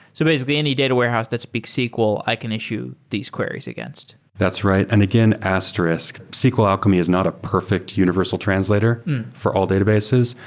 so basically, any data warehouse that speaks sql, i can issue these queries against. that's right. and again, asterisk. sql alchemy is not a perfect universal translator for all databases.